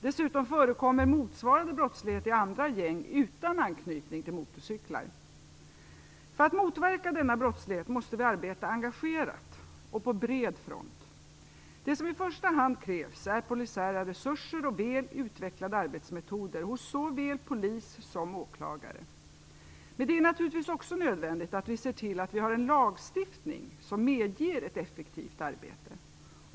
Dessutom förekommer motsvarande brottslighet i andra gäng utan anknytning till motorcyklar. För att motverka denna brottslighet måste vi arbeta engagerat och på bred front. Det som i första hand krävs är polisiära resurser och väl utvecklade arbetsmetoder hos såväl polis som åklagare. Men det är naturligtvis också nödvändigt att vi ser till att vi har en lagstiftning som medger ett effektivt arbete.